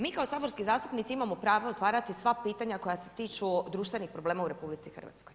Mi kao saborski zastupnici imamo pravo otvarati sva pitanja koja se tiču društvenih problema u RH.